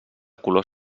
color